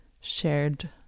shared